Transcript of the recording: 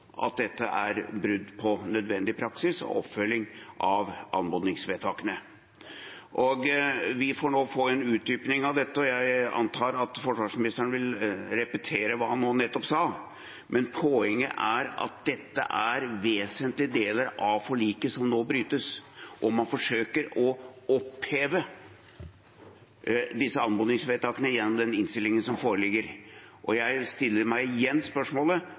at dette er brudd på nødvendig praksis og oppfølging av anmodningsvedtakene. Vi får nå få en utdyping av dette. Jeg antar at forsvarsministeren vil repetere hva han nå nettopp sa, men poenget er at det er vesentlige deler av forliket som nå brytes, og man forsøker å oppheve disse anmodningsvedtakene gjennom den innstillingen som foreligger. Jeg stiller igjen spørsmålet: